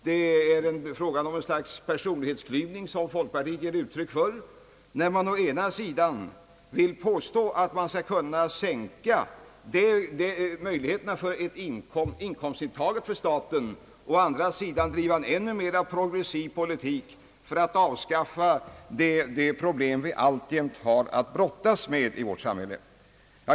Det är fråga om ett slags personlighetsklyvning som folkpartiet ger uttryck för när man å ena sidan vill påstå att man skall kunna sänka statens inkomstintag och å andra sidan driva en ännu progressivare politik för att snabbare kunna avskaffa de problem vi alltjämt har att brottas med i vårt samhälle.